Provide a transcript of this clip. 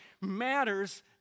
matters